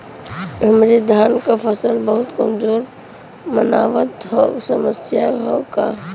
हमरे धान क फसल बहुत कमजोर मनावत ह समस्या का ह?